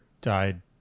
died